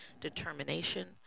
Determination